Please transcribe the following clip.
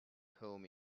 home